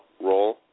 role